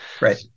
Right